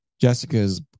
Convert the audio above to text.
Jessica's